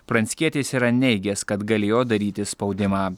pranckietis yra neigęs kad galėjo daryti spaudimą